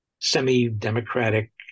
semi-democratic